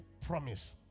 promise